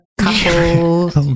couples